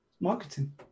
marketing